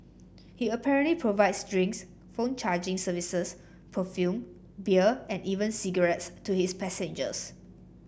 he apparently provides drinks phone charging services perfume beer and even cigarettes to his passengers